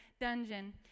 dungeon